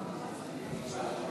בעד,